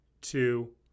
two